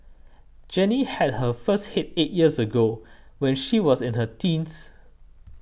Jenny had her first hit eight years ago when she was in her teens